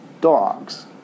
Dogs